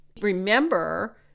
Remember